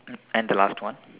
and the last one